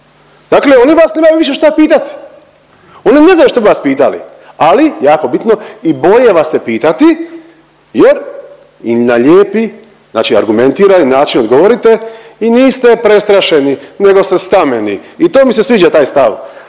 Dakle, oni vas nemaju više šta pitati, oni ne znaju što bi vas pitali, ali jako bitno i boje vas se pitati jer im na ljepi na znači argumentirani način odgovorite i niste prestrašeni nego ste stameni i to mi se sviđa taj stav.